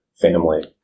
family